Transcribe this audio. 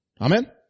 Amen